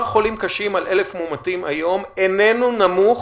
חולים קשים על 1,000 מאומתים היום איננו נמוך